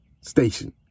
station